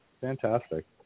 Fantastic